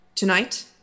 Tonight